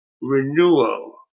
renewal